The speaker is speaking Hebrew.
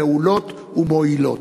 מעולות ומועילות.